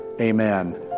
amen